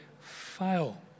fail